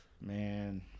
Man